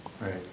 Right